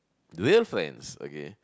real friends